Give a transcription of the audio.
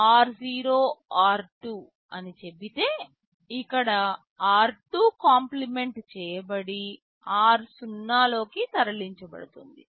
r2 అని చెబితే ఇక్కడ r2 కాంప్లిమెంట్ చేయబడి r0 లోకి తరలించబడుతుంది